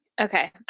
Okay